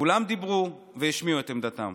כולם דיברו והשמיעו את עמדתם.